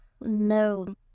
no